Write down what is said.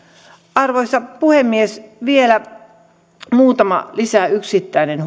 arvoisa puhemies vielä muutama yksittäinen